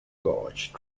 gauge